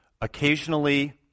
Occasionally